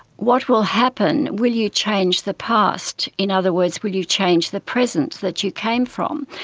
what will happen? will you change the past? in other words, will you change the present that you came from?